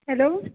hello